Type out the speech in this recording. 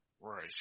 right